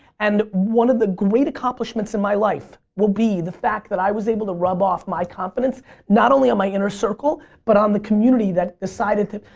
and one of the great accomplishments in my life will be the fact that i was able to rub off my confidence not only on my inner circle but on the community that decided to.